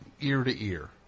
ear-to-ear